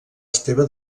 esteve